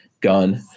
gun